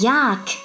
Yak